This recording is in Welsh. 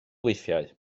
weithiau